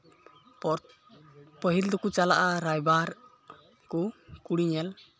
ᱯᱟᱹᱦᱤᱞ ᱫᱚᱠᱚ ᱪᱟᱞᱟᱜᱼᱟ ᱨᱟᱭᱵᱟᱨ ᱠᱚ ᱠᱩᱲᱤ ᱧᱮᱞ